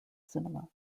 cinema